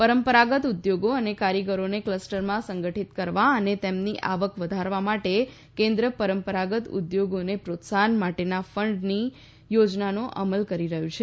પરંપરાગત ઉદ્યોગો અન કારીગરોને કલસ્ટરમાં સંગઠિત કરવા અને તેમની આવક વધારવા માટે કેન્દ્ર પરંપરાગત ઉધોગોને પ્રોત્સાહન માટેનાં ફંડની યોજનાનો અમલ કરી રહ્યું છે